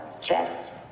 chess